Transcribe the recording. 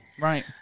Right